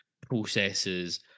processes